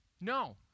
No